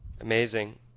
Amazing